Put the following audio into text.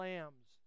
Lamb's